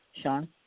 Sean